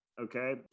okay